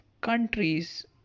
countries